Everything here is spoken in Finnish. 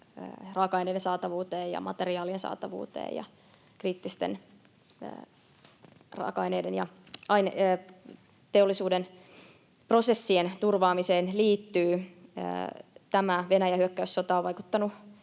raaka-aineiden saatavuuteen ja materiaalien saatavuuteen ja kriittisten raaka-aineiden ja teollisuuden prosessien turvaamiseen. Tämä Venäjän hyökkäyssota on vaikuttanut